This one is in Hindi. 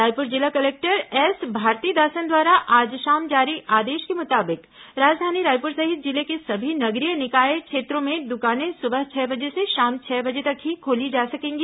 रायपुर जिला कलेक्टर एस भारतीदासन द्वारा आज शाम जारी आदेश के मुताबिक राजधानी रायपुर सहित जिले के सभी नगरीय निकाय क्षेत्रों में दुकानें सुबह छह बजे से शाम छह बजे तक ही खोली जा सकेंगी